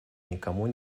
никому